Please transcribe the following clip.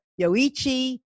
Yoichi